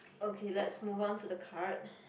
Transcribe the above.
okay let's move on to the card